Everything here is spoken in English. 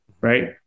Right